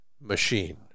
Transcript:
machine